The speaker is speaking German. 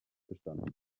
bestand